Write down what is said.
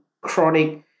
chronic